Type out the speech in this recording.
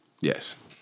Yes